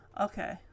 okay